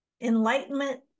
enlightenment